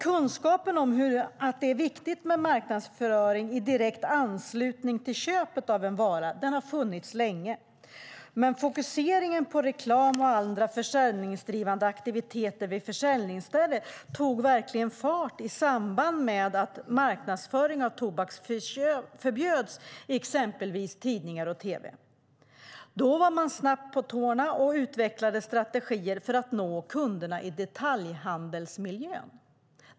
Kunskapen att det är viktigt med marknadsföring i direkt anslutning till köpet av en vara har funnits länge. Men fokuseringen på reklam och andra försäljningsdrivande aktiviteter på försäljningsställen tog verkligen fart i samband med att marknadsföring av tobak förbjöds i exempelvis tidningar och tv. Då var man snabbt på tårna och utvecklade strategier för att nå kunderna i detaljhandelsmiljön.